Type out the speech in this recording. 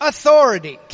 Authority